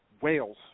Wales